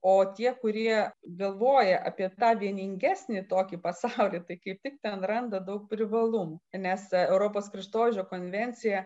o tie kurie galvoja apie tą vieningesnį tokį pasaulį kaip tik ten randa daug privalumų nes europos kraštovaizdžio konvencija